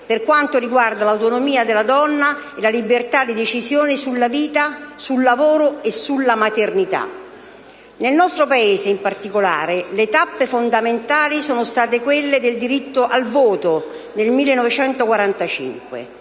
per quanto riguarda l'autonomia della donna e la libertà di decisione sulla vita, sul lavoro e sulla maternità. Nel nostro Paese, in particolare, le tappe fondamentali sono state quelle del diritto al voto, nel 1946;